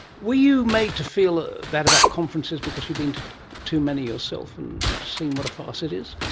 were you made to feel ah that about conferences because you've been to too many yourself and seen what a farce it is?